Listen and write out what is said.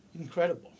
Incredible